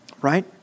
right